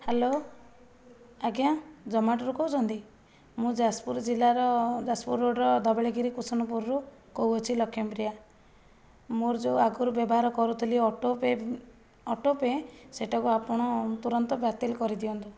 hello ଆଜ୍ଞା ଜୋମାଟରୁ କହୁଛନ୍ତି ମୁଁ ଯାଜପୁର ଜିଲ୍ଲାର ଯାଜପୁର ରୋଡ଼ର ଧବଳେଗିରି କୁସନପୁରରୁ କହୁଅଛି ଲକ୍ଷ୍ମୀପ୍ରିୟା ମୋର ଯେଉଁ ଆଗରୁ ବ୍ୟବହାର କରୁଥିଲି ଅଟୋପେ ଅଟୋପେ ସେଇଟାକୁ ଆପଣ ତୁରନ୍ତ ବାତିଲ କରିଦିଅନ୍ତୁ